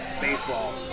baseball